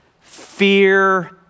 fear